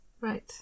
Right